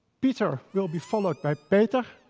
pieter ah will be followed by peter,